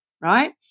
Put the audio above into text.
right